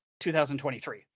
2023